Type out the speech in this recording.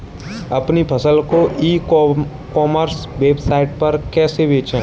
अपनी फसल को ई कॉमर्स वेबसाइट पर कैसे बेचें?